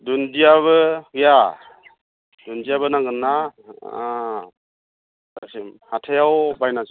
दुन्दियाबो गैया दुन्दियाबो नांगोन ना गासै हाइथाइआव बायनांजोबा